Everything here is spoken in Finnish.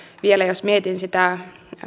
vielä jos mietin sitä